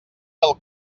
del